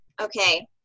Okay